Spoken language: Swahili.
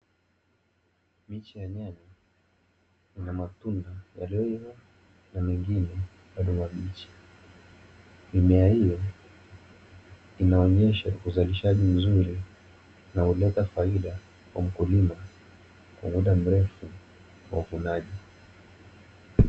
Miche ya nyanya ina matunda yaliyoiva na mengine bado mabichi, mimea hiyo inaonyesha uzalishaji mzuri unaoleta faida kwa mkulima kwa mda mrefu wa uvunaji.